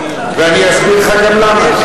ואני אסביר לך גם למה.